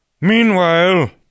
Meanwhile